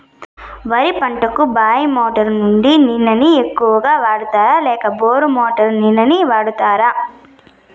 వరి పంటకు బాయి మోటారు నుండి నీళ్ళని ఎక్కువగా వాడుతారా లేక బోరు మోటారు నీళ్ళని వాడుతారా?